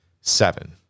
seven